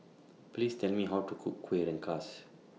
Please Tell Me How to Cook Kueh Rengas